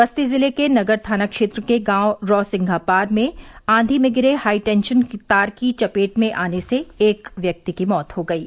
बस्ती जिले के नगर थाना क्षेत्र के गांव रौसिंघापार में आधी में गिरे हाईटेंशन तार की चपेट में आने से एक व्यक्ति की मौत हो गयी